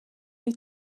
wyt